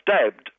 stabbed